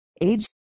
age